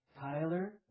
Tyler